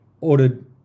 ordered